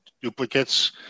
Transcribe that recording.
duplicates